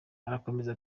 arakomeza